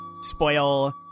spoil